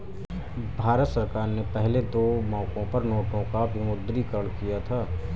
भारत सरकार ने पहले दो मौकों पर नोटों का विमुद्रीकरण किया था